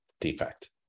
defect